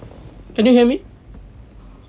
can you hear me